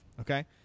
Okay